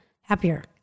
happier